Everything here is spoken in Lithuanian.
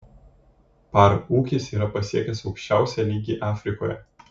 par ūkis yra pasiekęs aukščiausią lygį afrikoje